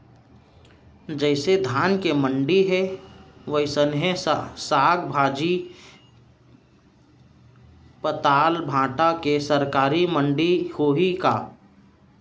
जइसे धान के मंडी हे, वइसने साग, भाजी, पताल, भाटा के सरकारी मंडी होही का?